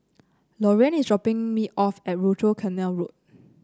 Loriann is dropping me off at Rochor Canal Road